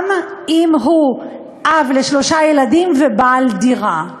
גם אם הוא אב לשלושה ילדים ובעל דירה.